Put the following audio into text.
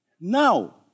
Now